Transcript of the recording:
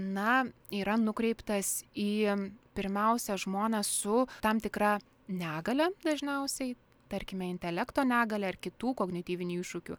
na yra nukreiptas į pirmiausia žmones su tam tikra negalia dažniausiai tarkime intelekto negalia ar kitų kognityvinių iššūkių